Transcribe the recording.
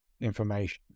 information